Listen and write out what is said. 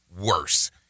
worse